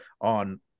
on –